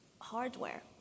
hardware